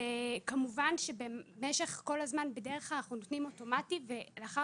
אנחנו בדרך כלל נותנים אוטומטית ולאחר